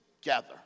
together